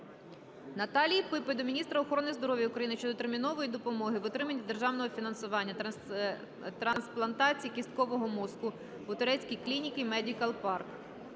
Наталії Піпи до міністра охорони здоров'я України щодо термінової допомоги в отриманні державного фінансування трансплантації кісткового мозку у турецькій клініці "Medical Park".